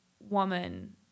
woman